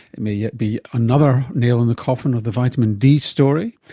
it may yet be another nail in the coffin of the vitamin d story.